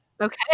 Okay